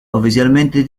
oficialmente